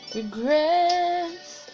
Regrets